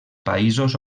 països